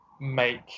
make